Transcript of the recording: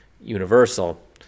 universal